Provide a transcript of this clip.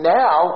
now